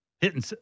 Hitting